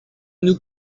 nous